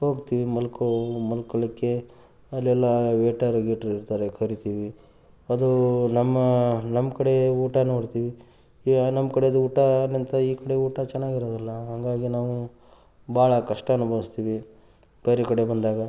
ಹೋಗ್ತೀವಿ ಮಲ್ಕೋ ಮಲ್ಕೊಳ್ಳಿಕ್ಕೆ ಅಲ್ಲೆಲ್ಲ ವೆಯ್ಟರ್ ಗೀಟ್ರ್ ಇರ್ತಾರೆ ಕರಿತಿವಿ ಅದು ನಮ್ಮ ನಮ್ಮ ಕಡೆ ಊಟ ನೋಡ್ತೀವಿ ಈಗ ನಮ್ಮ ಕಡೆಯದು ಊಟ ನಮ್ಮ ಕಡೆ ಈ ಕಡೆ ಊಟ ಚೆನ್ನಾಗಿರೋದಿಲ್ಲ ಹಂಗಾಗಿ ನಾವು ಭಾಳ ಕಷ್ಟ ಅನುಭವಿಸ್ತೀವಿ ಬೇರೆ ಕಡೆ ಬಂದಾಗ